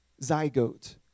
zygote